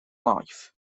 life